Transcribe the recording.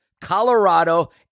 Colorado